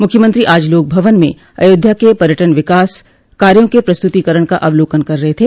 मुख्यमंत्री आज लोक भवन में अयोध्या के पर्यटन विकास कार्यो के प्रस्त्रतीकरण का अवलोकन कर रहे थे